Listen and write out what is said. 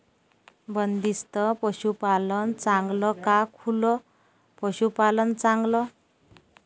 बंदिस्त पशूपालन चांगलं का खुलं पशूपालन चांगलं?